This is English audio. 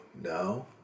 No